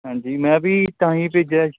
ਹਾਂਜੀ ਮੈਂ ਵੀ ਤਾਂ ਹੀ ਭੇਜਿਆ